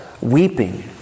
weeping